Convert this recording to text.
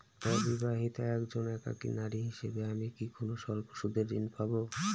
অবিবাহিতা একজন একাকী নারী হিসেবে আমি কি কোনো স্বল্প সুদের ঋণ পাব?